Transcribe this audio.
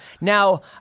Now